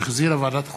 שהחזירה ועדת החוקה,